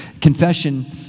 confession